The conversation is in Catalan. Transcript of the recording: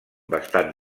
bastant